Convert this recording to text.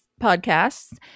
podcasts